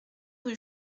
rue